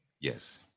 Yes